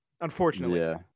Unfortunately